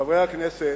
חברי הכנסת,